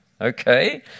okay